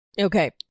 Okay